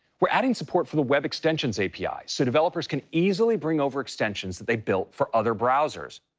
we're adding support for the webextensions api so developers can easily bring over extensions that they built for other browsers.